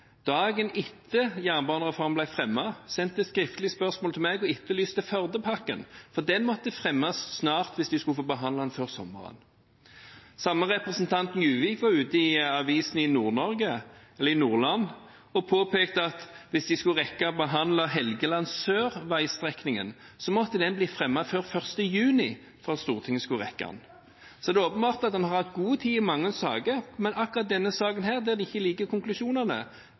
dagen etter at jernbanereformen ble fremmet, sendte skriftlig spørsmål til meg og etterlyste Førdepakken, for den måtte fremmes snart hvis de skulle få behandlet den før sommeren. Den samme representanten, Juvik, var ute i avisene i Nordland og påpekte at hvis de skulle rekke å behandle Helgeland Sør-veistrekningen, måtte den bli fremmet før 1. juni for at Stortinget skulle rekke det. Så det er åpenbart at en har hatt god tid i mange saker, men i akkurat denne saken, der de ikke liker konklusjonene,